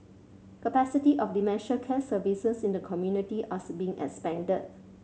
capacity of dementia care services in the community are being expanded